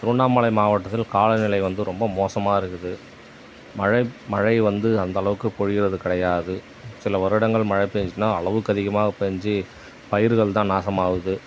திருவண்ணாமலை மாவட்டத்தில் காலநிலை வந்து ரொம்ப மோசமாக இருக்குது மழை மழை வந்து அந்தளவுக்கு பொழிவது கிடையாது சில வருடங்கள் மழை பேஞ்சுச்சின்னா அளவுக்கு அதிகமாக பேஞ்சு பயிர்கள் தான் நாசமாகுது